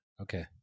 Okay